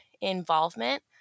involvement